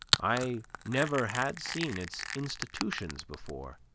i never had seen its institutions before.